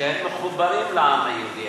שהם מחוברים לעם היהודי?